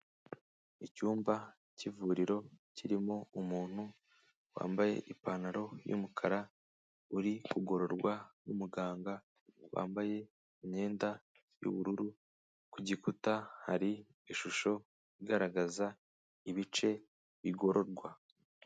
Icyumba cy'ivuriro kirimo umuntu wambaye ipantaro y'umukara, uri kugororwa n'umuganga wambaye imyenda y'ubururu, ku gikuta hari ishusho igaragaza ibice bigororwa.